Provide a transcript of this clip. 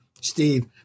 Steve